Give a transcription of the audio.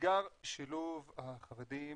אתגר שילוב החרדים